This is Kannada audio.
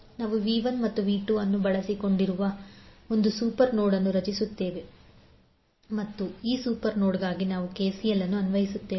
ನಾವು V1 ಮತ್ತು V2ಅನ್ನು ಒಳಗೊಂಡಿರುವ ಒಂದು ಸೂಪರ್ ನೋಡ್ ಅನ್ನು ರಚಿಸುತ್ತೇವೆ ಮತ್ತು ಈ ಸೂಪರ್ ನೋಡ್ಗಾಗಿ ನಾವು ಕೆಸಿಎಲ್ ಅನ್ನು ಅನ್ವಯಿಸುತ್ತೇವೆ